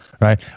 Right